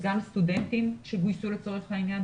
גם סטודנטים שגויסו לצורך העניין,